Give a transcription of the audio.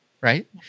right